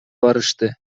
барышты